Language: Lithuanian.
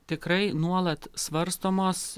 tikrai nuolat svarstomos